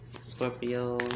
Scorpio